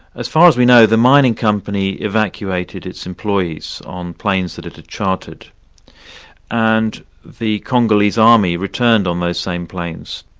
as far as we know, the mining company evacuated its employees on planes that it had chartered and the congolese army returned on those same planes,